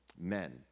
men